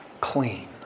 clean